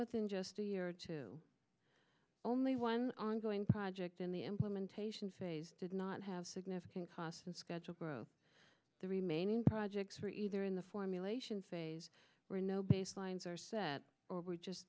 within just a year or two only one ongoing project in the implementation phase did not have significant cost and schedule growth the remaining projects were either in the formulation phase were no baselines or set or were just